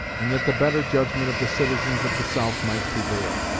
and that the better judgment of the citizens of the south might prevail.